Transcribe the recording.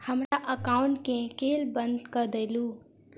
हमरा एकाउंट केँ केल बंद कऽ देलु?